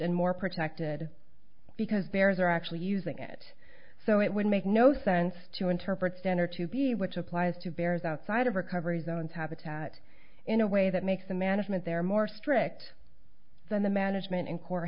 and more protected because bears are actually using it so it would make no sense to interpret stener to be which applies to bears outside of recovery zones habitat in a way that makes the management there more strict than the management in co